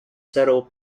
settled